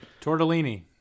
tortellini